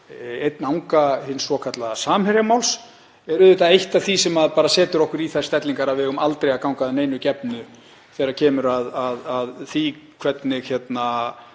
einn anga hins svokallaða Samherjamáls er auðvitað eitt af því sem setur okkur í þær stellingar að við eigum aldrei að ganga að neinu gefnu þegar kemur að því hvernig